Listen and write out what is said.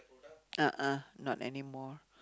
ah ah not anymore